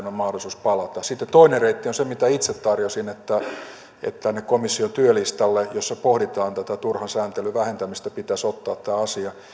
on mahdollisuus palata sitten toinen reitti on se mitä itse tarjosin tänne komission työlistalle jossa pohditaan tätä turhan sääntelyn vähentämistä pitäisi ottaa tämä asia